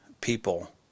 people